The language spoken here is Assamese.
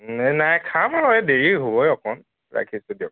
এই নাই খাম আৰু দেৰি হ'বই অকণ ৰাখিছোঁ দিয়ক